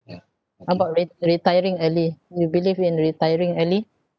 how about ret~ retiring early you believe in retiring early